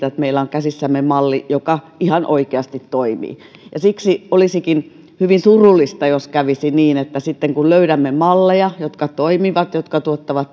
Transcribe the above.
että meillä on käsissämme malli joka ihan oikeasti toimii siksi olisikin hyvin surullista jos kävisi niin että sitten kun löydämme malleja jotka toimivat jotka tuottavat